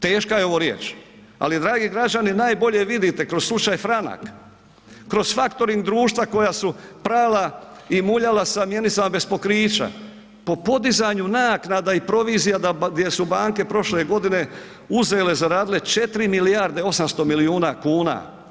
Teška je ovo riječ, ali dragi građani najbolje vidite kroz slučaj Franak, kroz faktoring društva koja su prala i muljala sa mjenicama bez pokrića, po podizanju naknada i provizija gdje su banke prošle godine uzele zaradile 4 milijarde 800 milijuna kuna.